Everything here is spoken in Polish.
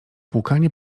płukanie